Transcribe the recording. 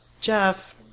Jeff